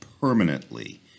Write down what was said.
permanently